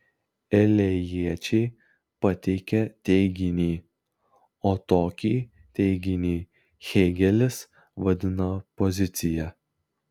elėjiečiai pateikė teiginį o tokį teiginį hėgelis vadina pozicija